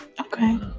Okay